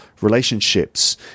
relationships